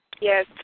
Yes